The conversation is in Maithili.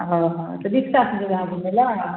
हँ हँ तऽ रिक्शासँ जेबै अहाँ घुमैलए